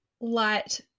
light